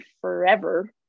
forever